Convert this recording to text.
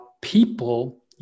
people